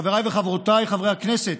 חבריי וחברותיי חברי הכנסת,